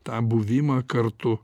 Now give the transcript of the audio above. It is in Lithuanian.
tą buvimą kartu